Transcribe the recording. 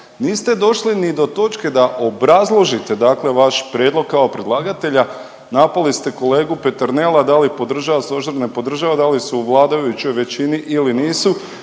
Niste došli ni do točke da obrazložite, dakle vaš prijedlog kao predlagatelja. Napali ste kolegu Peternela da li podržava Stožer, ne podržava, da li su u vladajućoj većini ili nisu.